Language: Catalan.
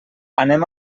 anem